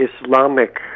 Islamic